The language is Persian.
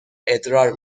ادرار